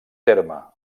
terme